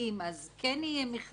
אז כן יהיה מכרזים,